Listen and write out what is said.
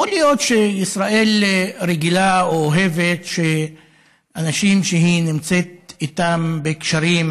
יכול להיות שישראל רגילה או אוהבת שאנשים שהיא נמצאת איתם בקשרים,